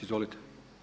Izvolite.